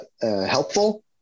helpful